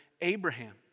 Abraham